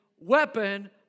weapon